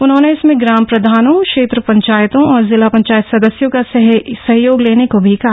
उन्होंने इसमें ग्राम प्रधानों क्षेत्र पंचायतों और जिला पंचायत सदस्यों का सहयोग लेने को भी कहा